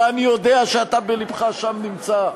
ואני יודע שאתה בלבך נמצא שם.